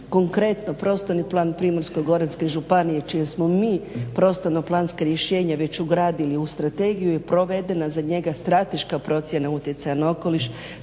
Konkretno prostorni plan Primorsko-goranske županije čije smo mi prostorno-planska rješenja već ugradili u strategiju je provedena za njega strateška procjena utjecaja na okoliš